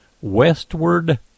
Westward